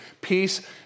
peace